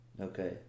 Okay